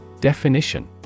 Definition